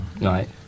Right